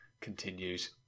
continues